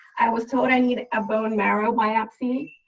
i was told i need a bone marrow biopsy.